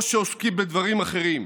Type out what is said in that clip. או שעוסקים בדברים אחרים?